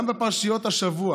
גם בפרשיות השבוע